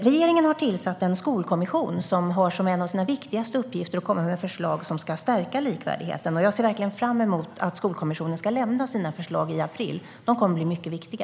Regeringen har tillsatt en skolkommission som har som en av sina viktigaste uppgifter att komma med förslag som ska stärka likvärdigheten. Jag ser verkligen fram emot Skolkommissionens förslag som kommer att lämnas i april. De kommer att bli mycket viktiga.